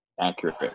accurate